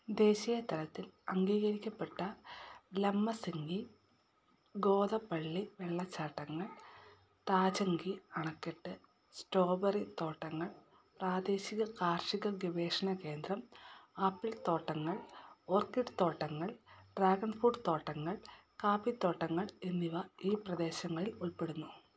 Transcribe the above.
ദേശിയതലത്തിൽ അംഗീകരിക്കപ്പെട്ട ലംബാസിംഗി കോതപ്പള്ളി വെള്ളച്ചാട്ടങ്ങൾ താജങ്കി അണക്കെട്ട് സ്ട്രോബെറി തോട്ടങ്ങൾ പ്രാദേശിക കാർഷിക ഗവേഷണ കേന്ദ്രം ആപ്പിൾ തോട്ടങ്ങൾ ഓർക്കിഡ് തോട്ടങ്ങൾ ഡ്രാഗൺ ഫ്രൂട്ട് തോട്ടങ്ങൾ കാപ്പി തോട്ടങ്ങൾ എന്നിവ ഈ പ്രദേശങ്ങളിൽ ഉൾപ്പെടുന്നു